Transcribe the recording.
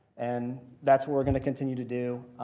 and that's what we're going to continue to do.